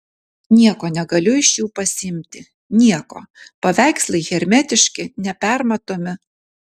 nieko negaliu iš jų pasiimti nieko paveikslai hermetiški nepermatomi